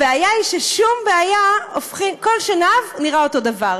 הבעיה היא שכל שנהב נראה אותו דבר.